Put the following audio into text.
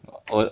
我